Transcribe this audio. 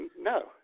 No